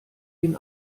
den